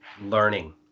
learning